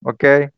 Okay